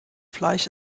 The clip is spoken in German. fleisch